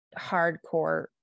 hardcore